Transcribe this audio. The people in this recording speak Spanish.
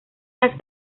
las